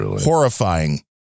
horrifying